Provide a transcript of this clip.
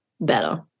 better